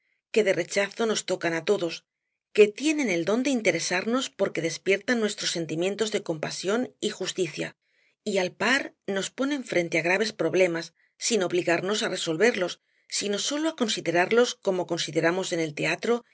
que de rechazo nos tocan á todos que tienen el don de interesarnos porque despiertan nuestros sentimientos de compasión y justicia y al par nos ponen frente á graves problemas sin obligarnos á resolverlos sino sólo á considerarlos como consideramos en el teatro